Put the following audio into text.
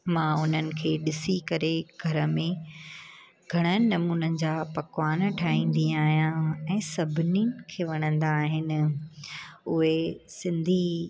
मां उन्हनि खे ॾिसी करे घर में घणनि नमूननि जा पकवान ठाहींदी आहियां ऐं सभिनी खे वणंदा आहिनि उहे सिंधी